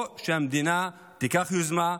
שהמדינה תיקח יוזמה,